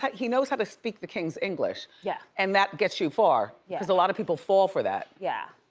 he knows how to speak the king's english. yeah. and that gets you far yeah cause a lot of people fall for that. yeah,